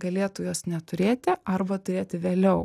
galėtų jos neturėti arba turėti vėliau